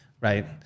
Right